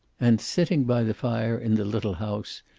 and, sitting by the fire in the little house,